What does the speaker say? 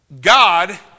God